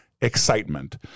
excitement